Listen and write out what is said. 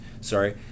sorry